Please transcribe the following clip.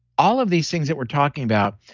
all of these things that we're talking about,